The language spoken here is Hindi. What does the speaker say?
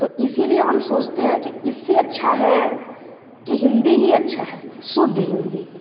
तो इसीलिए हम सोचते हैं कि इससे अच्छा है कि हिंदी ही अच्छा है शुद्ध हिंदी